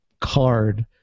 card